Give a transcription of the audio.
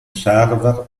server